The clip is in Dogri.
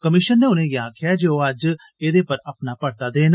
कमीशन नै उनें'गी आखेआ ऐ जे ओह् अज्ज एहदे पर अपना परता देन